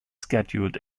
scheduled